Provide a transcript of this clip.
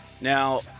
Now